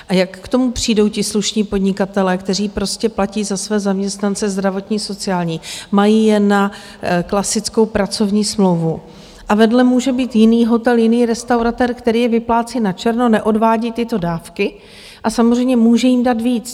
A jak k tomu přijdou ti slušní podnikatelé, kteří platí za své zaměstnance zdravotní, sociální, mají je na klasickou pracovní smlouvu a vedle může být jiný hotel, jiný restauratér, který je vyplácí načerno, neodvádí tyto dávky a samozřejmě může jim dát víc.